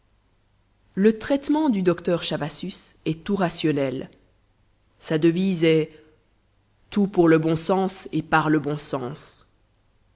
le traitement du dr chavassus est tout rationnel sa devise est tout pour le bon sens et par le bon sens